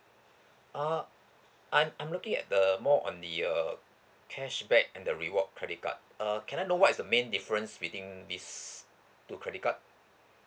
uh I'm I'm looking at the more on the uh cashback and the reward credit card uh can I know what is the main difference between these two credit card